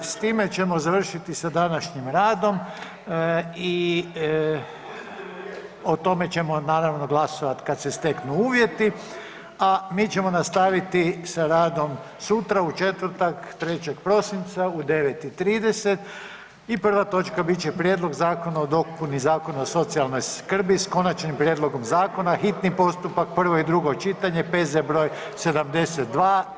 S time ćemo završiti sa današnjim radom i o tome ćemo naravno glasovati kad se steknu uvjeti, a mi ćemo nastaviti sa radom sutra u četvrtak 3. prosinca u 9 i 30 i prva točka bit će Prijedlog Zakona o dopuni Zakona o socijalnoj skrbi s konačnim prijedlogom zakona, hitni postupak, prvo i drugo čitanje, P.Z. broj 72.